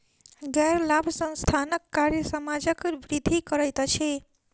गैर लाभ संस्थानक कार्य समाजक वृद्धि करैत अछि